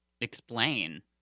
explain